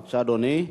בבקשה, אדוני.